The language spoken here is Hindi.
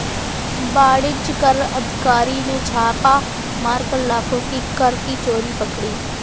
वाणिज्य कर अधिकारी ने छापा मारकर लाखों की कर की चोरी पकड़ी